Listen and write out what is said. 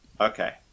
Okay